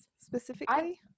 specifically